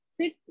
sit